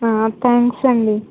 thanks అండీ